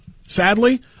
sadly